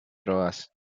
drogas